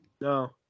No